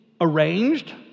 arranged